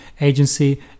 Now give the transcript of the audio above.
agency